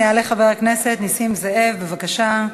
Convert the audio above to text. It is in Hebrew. יעלה חבר הכנסת נסים זאב, בבקשה.